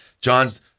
John's